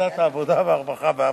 ועדת העבודה, הרווחה והבריאות.